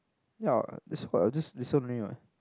ya that's what I will just listen only what